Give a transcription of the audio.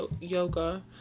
yoga